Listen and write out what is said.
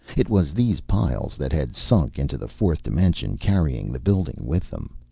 it was these piles that had sunk into the fourth dimension, carrying the building with them.